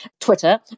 Twitter